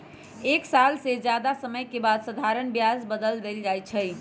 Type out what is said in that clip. एक साल से जादे समय के बाद साधारण ब्याज बदल जाई छई